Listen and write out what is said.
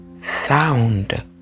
sound